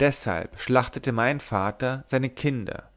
deshalb schlachtete mein vater seine kinder